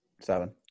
Seven